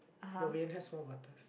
but Wayne has four butters